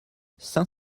saint